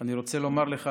אני רוצה לומר לך,